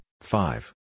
five